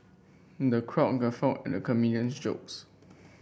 the crowd guffawed at the comedian's jokes